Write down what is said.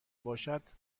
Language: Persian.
باشد